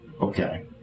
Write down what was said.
okay